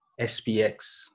SPX